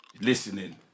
Listening